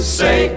say